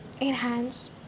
enhance